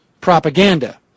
propaganda